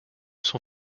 son